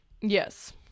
yes